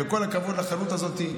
וכל הכבוד לחנות הזאת,